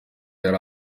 yari